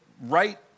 right